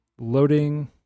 Loading